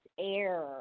air